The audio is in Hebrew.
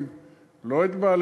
לא את הפועלים,